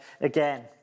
again